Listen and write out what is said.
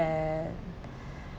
and